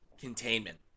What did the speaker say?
containment